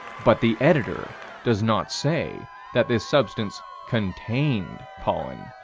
but the editor does not say that this substance contained pollen.